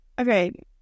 Okay